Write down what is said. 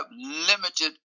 limited